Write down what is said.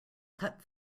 cut